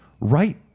right